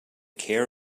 care